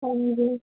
ਹਾਂਜੀ